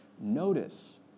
Notice